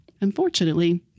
Unfortunately